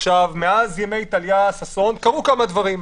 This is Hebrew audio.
מאז ימי טליה ששון קרו כמה דברים.